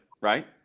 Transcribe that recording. Right